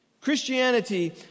Christianity